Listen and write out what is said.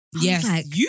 Yes